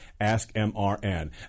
AskMRN